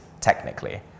technically